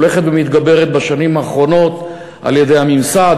שהולכת ומתגברת בשנים האחרונות על-ידי הממסד,